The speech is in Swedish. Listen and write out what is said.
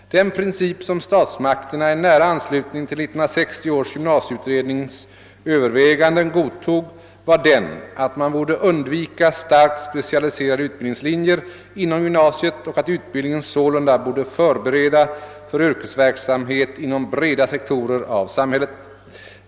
Den princip som statsmakterna i nära anslutning till 1960 års gymnasieutrednings överväganden godtog var den att man borde undvika starkt specialiserade utbildningslinjer inom gymnasiet och att utbildningen sålunda borde förbereda för yrkesverksamhet inom breda sektorer av samhället.